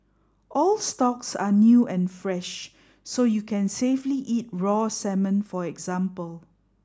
all stocks are new and fresh so you can safely eat raw salmon for example